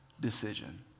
decision